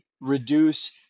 reduce